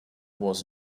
was